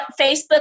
Facebook